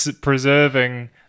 preserving